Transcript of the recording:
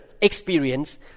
experience